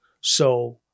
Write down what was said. So-